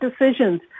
decisions